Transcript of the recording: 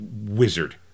wizard